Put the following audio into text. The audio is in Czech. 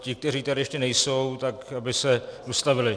Ti, kteří tady ještě nejsou, tak aby se dostavili.